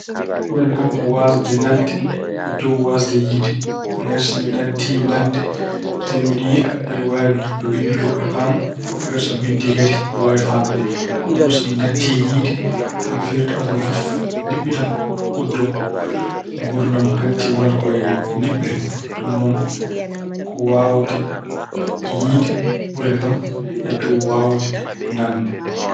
Ɓurani kam ko waasde nande e dow waasde yiyde. Ngati so mi nattii nande tawi mbeɗa yiya, mbeɗa waawi winndude woɓɓe paama. Woɓɓe kadi so binndi kadi, mbeɗa waawi faamde. Kono noon so mi natti yiyde, ɗum firti ko aduna o fof niɓɓiɗan, uddo. Nguurdam hanti wonata ko e niɓɓere. Ɗum noon ko waawde yiyde ɓurani kam e dow waawde nande.